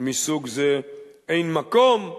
מסוג זה אין מקום.